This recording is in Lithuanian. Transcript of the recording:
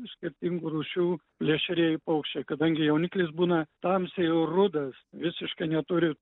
skirtingų rūšių plėšrieji paukščiai kadangi jauniklis būna tamsiai rudas visiškai neturi